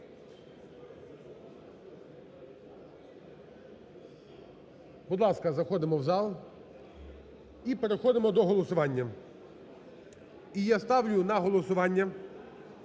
Будь ласка, заходимо в зал і переходимо до голосування. І я ставлю на голосування